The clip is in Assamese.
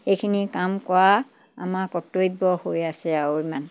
এইখিনি কাম কৰা আমাৰ কৰ্তব্য হৈ আছে আৰু ইমান